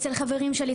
אצל חברים שלי,